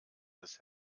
des